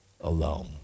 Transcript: alone